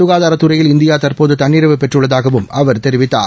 சுகாதாரத்துறையில் இந்தியா தற்போது தன்னிறைவு பெற்றுள்ளதாகவும் அவர் தெரிவித்தார்